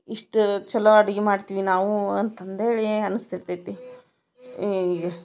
ಇಷ್ಟು ಚಲೋ ಅಡ್ಗೆ ಮಾಡ್ತೀವಿ ನಾವು ಅಂತಂದೇಳಿ ಅನ್ನಿಸ್ತಿರ್ತೈತೆ ಈಗ